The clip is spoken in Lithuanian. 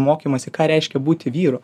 mokymąsi ką reiškia būti vyru